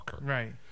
Right